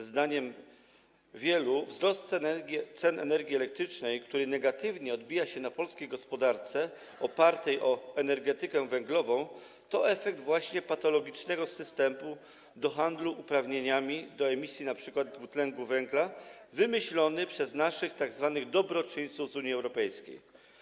Zdaniem wielu wzrost cen energii elektrycznej, który negatywnie odbija się na polskiej gospodarce opartej na energetyce węglowej, to efekt właśnie patologicznego systemu handlu uprawnieniami do emisji np. dwutlenku węgla wymyślonego przez naszych tzw. dobroczyńców z Unii Europejskiej.